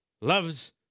loves